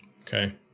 Okay